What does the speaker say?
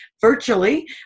virtually